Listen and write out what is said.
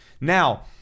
Now